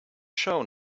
show